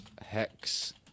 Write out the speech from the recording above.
Hex